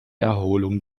erholung